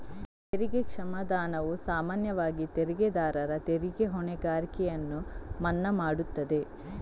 ತೆರಿಗೆ ಕ್ಷಮಾದಾನವು ಸಾಮಾನ್ಯವಾಗಿ ತೆರಿಗೆದಾರರ ತೆರಿಗೆ ಹೊಣೆಗಾರಿಕೆಯನ್ನು ಮನ್ನಾ ಮಾಡುತ್ತದೆ